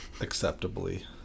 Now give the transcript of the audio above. acceptably